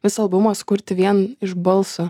visą albumą sukurti vien iš balso